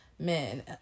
Men